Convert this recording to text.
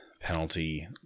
Penalty